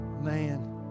man